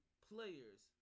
players